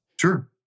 Sure